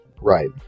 right